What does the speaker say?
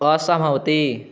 असहमति